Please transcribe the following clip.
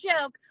joke